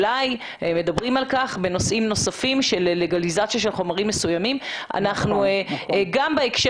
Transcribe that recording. מדברים על כך בנושאים נוספים של לגליזציה של חומרים מסוימים וגם בהקשר